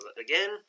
again